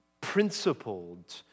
principled